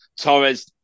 Torres